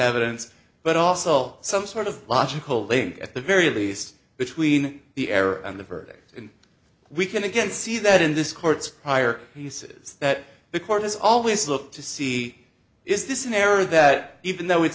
evidence but also some sort of logical link at the very least between the error and the verdict and we can again see that in this court's prior he says that the court has always looked to see is this an error that even though it's